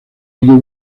you